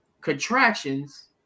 contractions